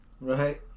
Right